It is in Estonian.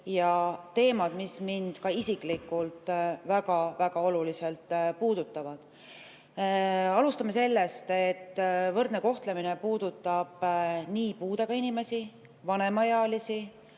on] teemad, mis mind ka isiklikult väga-väga oluliselt puudutavad. Alustame sellest, et võrdne kohtlemine puudutab nii puudega inimesi, vanemaealisi,